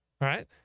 right